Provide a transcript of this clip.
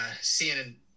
seeing